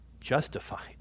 justified